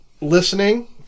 listening